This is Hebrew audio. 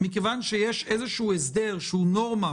מכיוון שיש איזשהו הסדר שהוא נורמה,